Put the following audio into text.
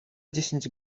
dziesięć